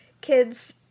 kids